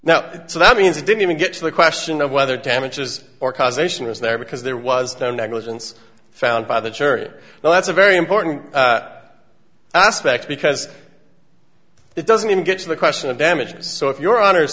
now so that means it didn't even get to the question of whether damages or causation was there because there was no negligence found by the jury that's a very important aspect because it doesn't even get to the question of damages so if your hono